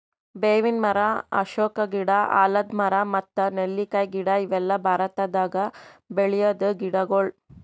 ಬೇವಿನ್ ಮರ, ಅಶೋಕ ಗಿಡ, ಆಲದ್ ಮರ ಮತ್ತ್ ನೆಲ್ಲಿಕಾಯಿ ಗಿಡ ಇವೆಲ್ಲ ಭಾರತದಾಗ್ ಬೆಳ್ಯಾದ್ ಗಿಡಗೊಳ್